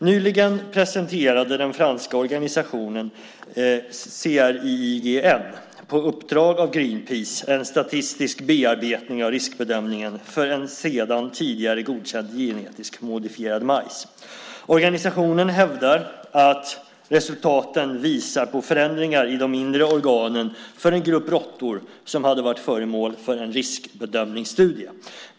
Nyligen presenterade den franska organisationen Criigen på uppdrag av Greenpeace en statistisk bearbetning av riskbedömningen för en sedan tidigare godkänd genetiskt modifierad majs. Criigen hävdar att resultaten visar på förändringar i de inre organen för en grupp råttor som hade varit föremål för en riskbedömningsstudie.